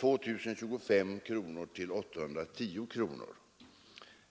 2 025 kronor till 810 kronor.